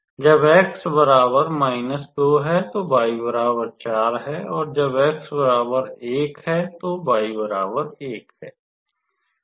जब x 2 है तो y 4 है और जब x 1 है तो y 1 है